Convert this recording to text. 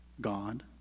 God